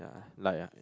yeah like ah